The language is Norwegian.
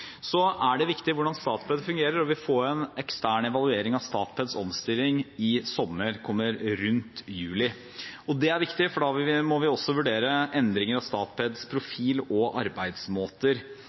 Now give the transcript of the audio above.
Så er det viktig hvordan Statped fungerer, og vi får en ekstern evaluering av Statpeds omstilling i sommer, den kommer rundt juli. Det er viktig, for da må vi også vurdere endringer av Statpeds profil og arbeidsmåter.